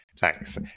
Thanks